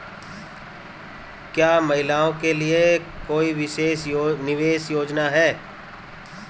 क्या महिलाओं के लिए कोई विशेष निवेश योजना है?